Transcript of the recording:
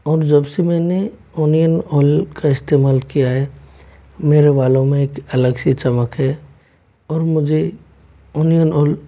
और जबसे मैंने अनियन आयल का इस्तेमाल किया है मेरे बालों में अलग सी चमक है और मुझे अनियन आयल